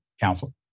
council